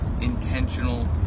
intentional